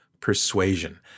persuasion